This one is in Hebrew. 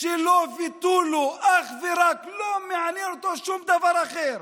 שלו ותו לא, אך ורק, לא מעניין אותו שום דבר אחר.